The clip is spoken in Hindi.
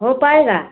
हो पाएगा